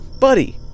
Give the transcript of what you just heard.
buddy